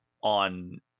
on